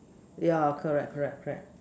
yeah correct correct correct